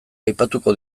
aipatuko